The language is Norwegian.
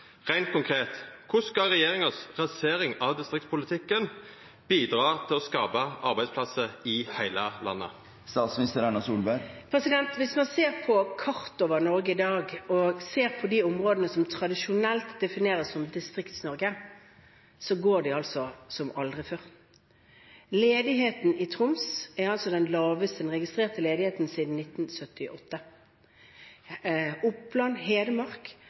konkret: Korleis skal regjeringa si rasering av distriktspolitikken bidra til å skapa arbeidsplassar i heile landet? Hvis man ser på kartet over Norge i dag, og ser på de områdene som tradisjonelt defineres som Distrikts-Norge, går de som aldri før. Ledigheten i Troms er den lavest registrerte siden 1978. Oppland